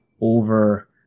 over